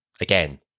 again